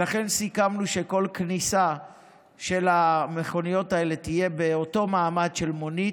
ולכן סיכמנו שכל כניסה של המכוניות האלה תהיה באותו מעמד של מונית,